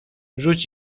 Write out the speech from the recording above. rzuć